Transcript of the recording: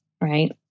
right